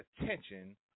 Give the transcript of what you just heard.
attention